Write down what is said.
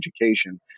education